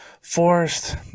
forced